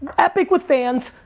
epic with fans,